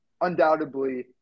undoubtedly